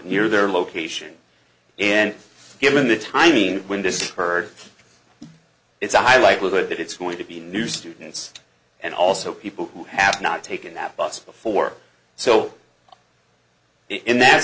near their location and given the timing when this occurred it's a high likelihood that it's going to be new students and also people who have not taken that bus before so in that